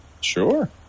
Sure